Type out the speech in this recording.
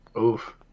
oof